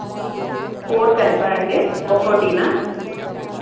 four కలిపి అండి ఒక్కొక్కటినా